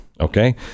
Okay